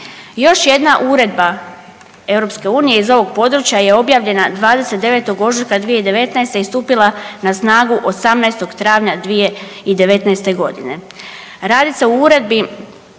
Još jedna Uredba Europske unije iz ovog područja je objavljena 29.ožujka 2019. i stupila na snagu 18.travnja 2019.godine.